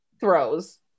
throws